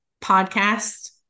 podcast